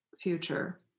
future